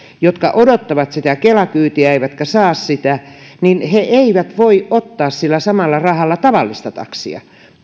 jotka odottavat sitä kela kyytiä eivätkä saa sitä eivät voi ottaa sillä samalla rahalla tavallista taksia